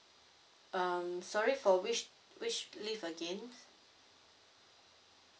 um sorry for which which leave again